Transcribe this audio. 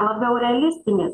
labiau realistinis